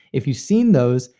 if you've seen those,